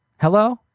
hello